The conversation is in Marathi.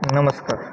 नमस्कार